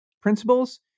principles